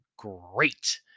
great